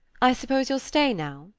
i suppose you'll stay now?